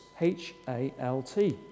H-A-L-T